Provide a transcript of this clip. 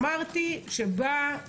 אמרתי שבאה מישהי,